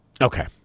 Okay